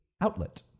outlet